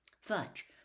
Fudge